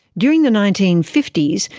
during the nineteen fifty s,